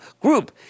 group